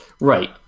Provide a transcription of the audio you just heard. Right